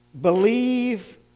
Believe